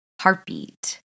heartbeat